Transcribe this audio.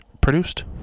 produced